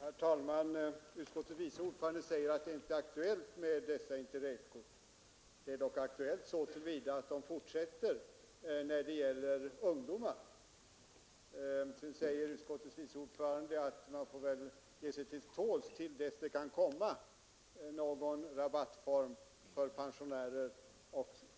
Herr talman! Utskottets vice ordförande säger att dessa Inter-Railkort inte längre är aktuella. De är dock aktuella så till vida att de finns när det gäller ungdomar. Utskottets vice ordförande säger också att vi får ge oss till tåls tills det kan komma någon rabattform för pensionärer